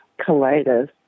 colitis